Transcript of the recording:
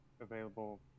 available